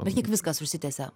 bet kiek viskas užsitęsė